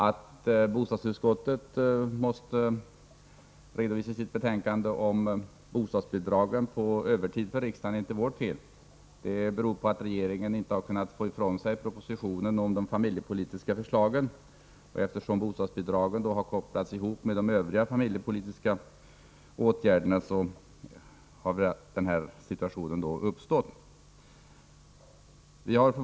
Att vi i bostadsutskottet måste redovisa vårt betänkande om bostadsbidragen först nu för riksdagen är inte vårt fel. Det beror på att regeringen inte kunnat lämna ifrån sig propositionen om de familjepolitiska förslagen. Eftersom bostadsbidragen har kopplats till de övriga familjepolitiska åtgärderna har den här situationen uppstått.